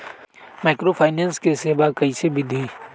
Microfinance के सेवा कइसे विधि?